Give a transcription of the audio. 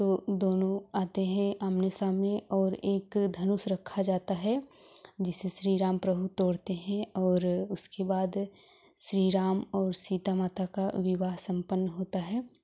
तो दोनों आते हैं आमने सामने और एक धनुष रखा जाता है जिसे श्री राम प्रभु तोड़ते हैं और उसके बाद श्री राम और सीता माता का विवाह संपन्न होता है